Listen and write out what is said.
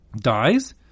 dies